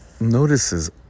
notices